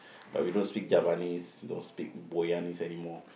but we don't speak Javanese nor speak Boyanese anymore